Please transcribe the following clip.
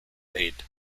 aid